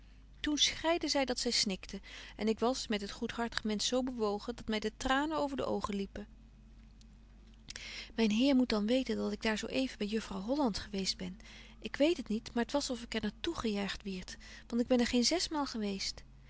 toen schreide zy dat zy snikte en ik was met het goedhartig mensch zo bewogen dat my de tranen over de oogen liepen myn heer moet dan weten dat ik daar zo even by juffrouw hofland geweest ben ik weet het niet maar t was of ik er naar toe gejaagt wierd want ik ben er geen zes maal geweest